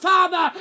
Father